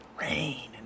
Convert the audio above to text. Rain